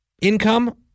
income